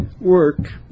work